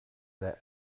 their